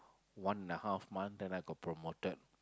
one and a half month then I got promoted